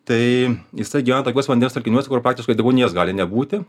tai jisai gyvena tokiuose vandens telkiniuose kur praktiškai deguonies gali nebūti